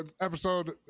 episode